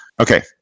Okay